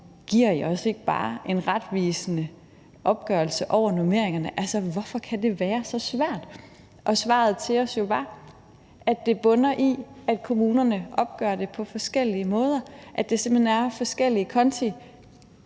giver I os ikke bare en retvisende opgørelse over normeringerne? Hvorfor kan det være så svært? Svaret til os var, at det bunder i, at kommunerne opgør det på forskellige måder, at det simpelt hen er forskellige konti